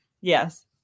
Yes